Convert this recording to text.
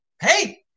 Hey